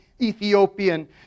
Ethiopian